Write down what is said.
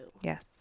Yes